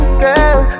girl